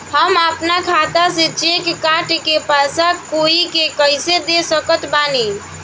हम अपना खाता से चेक काट के पैसा कोई के कैसे दे सकत बानी?